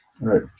Right